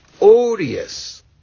odious